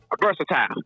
Versatile